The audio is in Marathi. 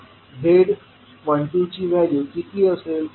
मग z12ची व्हॅल्यू किती असेल